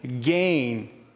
gain